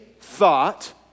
thought